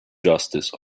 justice